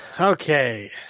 Okay